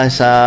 sa